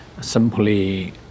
Simply